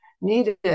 needed